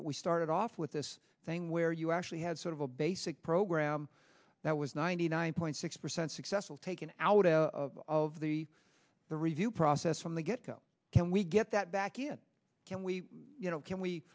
that we started off with this thing where you actually had sort of a basic program that was ninety nine point six percent successful taken out of of the the review process from the get go can we get that back in can we you know can we